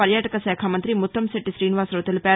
పర్యాటక శాఖ మంఁతి మొత్తంశెట్టి శీనివాసరావు తెలిపారు